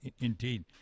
Indeed